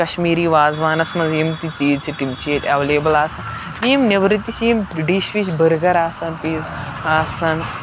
کَشمیٖری وازوانَس منٛز یِم تہِ چیٖز چھِ تِم چھِ ییٚتہِ ایویلیبٕل آسان یِم نٮ۪برٕ تہِ چھِ یِم ڈِش وِش بٔرگَر آسان پیٖزا آسان